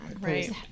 right